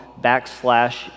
backslash